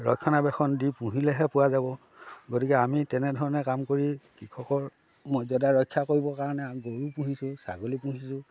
ৰক্ষণাবেক্ষণ দি পুহিলেহে পোৱা যাব গতিকে আমি তেনেধৰণে কাম কৰি কৃষকৰ মৰ্য্যদা ৰক্ষা কৰিবৰ কাৰণে গৰু পুহিছোঁ ছাগলী পুহিছোঁ